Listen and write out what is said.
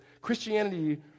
Christianity